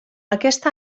aquest